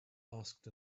asked